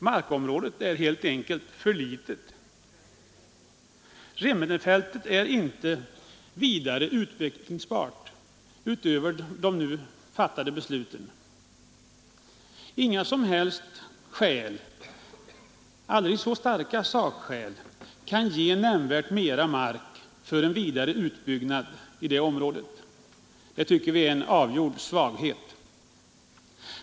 Markområdet är helt enkelt för litet. Remmenefältet är inte vidare utvecklingsbart utöver de nu fattade besluten. Inga som helst sakskäl, om än aldrig så starka, kan ge nämnvärt mera mark för en vidare utbyggnad i det området. Det tycker vi är en avgjord svaghet.